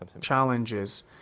challenges